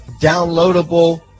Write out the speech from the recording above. downloadable